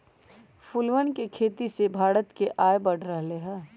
फूलवन के खेती से भारत के आय बढ़ रहले है